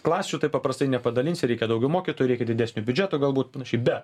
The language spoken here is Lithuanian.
klasių taip paprastai nepadalinsi reikia daugiau mokytojų reikia didesnio biudžeto galbūt panašiai bet